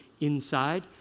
inside